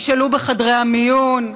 תשאלו בחדרי המיון,